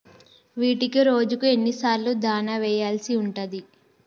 వీటికి రోజుకు ఎన్ని సార్లు దాణా వెయ్యాల్సి ఉంటది?